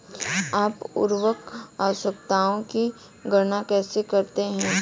आप उर्वरक आवश्यकताओं की गणना कैसे करते हैं?